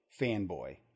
fanboy